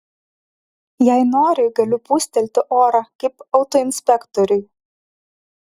jei nori galiu pūstelti orą kaip autoinspektoriui